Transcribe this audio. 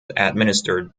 administered